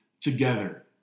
together